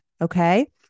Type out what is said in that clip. okay